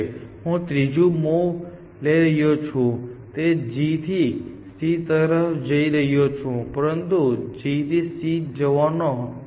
હું ત્રીજું મૂવ લઈ રહ્યો છું તે G થી C તરફ જઈ રહ્યો છું પરંતુ હું G થી C જવાનો નથી